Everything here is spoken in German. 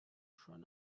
schon